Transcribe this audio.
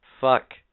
Fuck